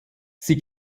sie